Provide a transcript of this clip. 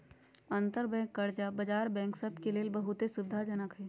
अंतरबैंक कर्जा बजार बैंक सभ के लेल बहुते सुविधाजनक हइ